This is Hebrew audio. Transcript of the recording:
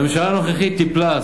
הממשלה הנוכחית טיפלה,